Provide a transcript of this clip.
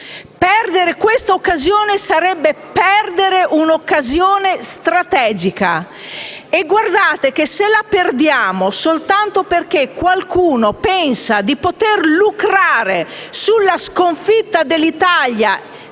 Perdere questa opportunità sarebbe come perdere un'occasione strategica, e sappiate, colleghi, che se la perdiamo soltanto perché qualcuno pensa di poter lucrare sulla sconfitta dell'Italia